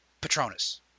patronus